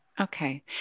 Okay